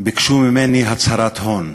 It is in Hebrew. ביקשו ממני הצהרת הון,